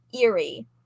eerie